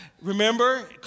Remember